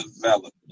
development